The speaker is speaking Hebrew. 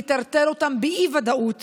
לטרטר אותם באי-ודאות